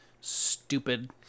stupid